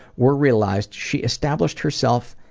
were realized, she established herself,